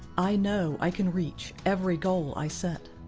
i know i can reach every goal i set.